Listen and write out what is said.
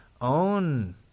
own